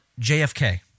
JFK